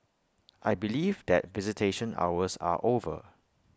I believe that visitation hours are over